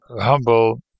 humble